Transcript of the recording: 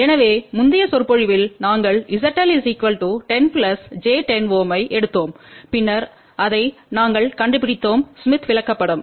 எனவே முந்தைய சொற்பொழிவில் நாங்கள் ZL 10 j 10Ω ஐ எடுத்தோம் பின்னர் அதை நாங்கள் கண்டுபிடித்தோம் ஸ்மித் விளக்கப்படம்